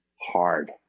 hard